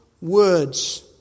words